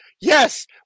Yes